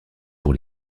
pour